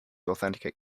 authenticate